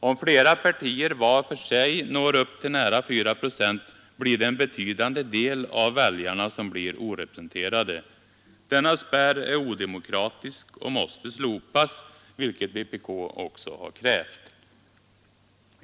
Om flera partier var för sig når upp till nära 4 procent blir en betydande del av väljarna orepresenterade. Denna spärr är odemokratisk och måste slopas, vilket vpk också har krävt.